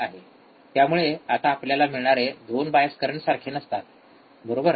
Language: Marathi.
त्यामुळे आता आपल्याला मिळणारे २ बायस करंट सारखे नसतात बरोबर